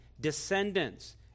descendants